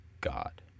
God